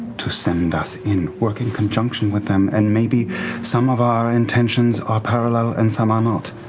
to send us in, working conjunction with them, and maybe some of our intentions are parallel and some are not,